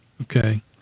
Okay